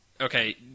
okay